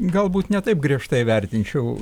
galbūt ne taip griežtai vertinčiau